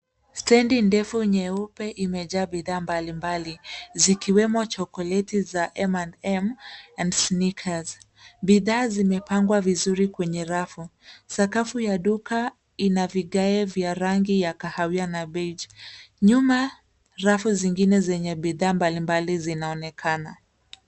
Stendi ndefu nyeupe imejaa bidhaa mbalimbali zikiwemo chocolate za M and M and snickers. Bidhaa zimepangwa vizuri kwenye rafu. Sakafu ya duka ina vigae vya rangi ya kahawia na beige .Nyuma rafu zingine zenye bidhaa mbalimbali zinaonekana.